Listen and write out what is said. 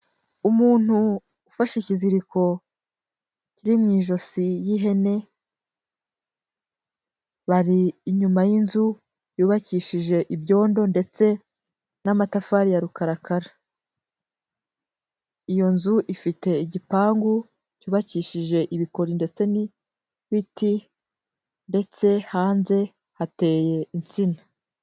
Umuntu ufashe ikiziriko kiri mu ijosi y'ihene, bari inyuma y'inzu yubakishije ibyondo n'amatafari rukara, iyo nzu ifite igipangu cyubakishije ibikori ndetse n'ibiti ndetse hanze hateye insina.